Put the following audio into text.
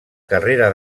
carrera